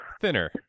thinner